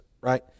right